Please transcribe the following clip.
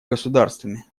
государствами